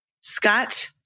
Scott